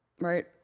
Right